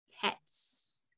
pets